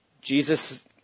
Jesus